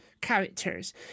characters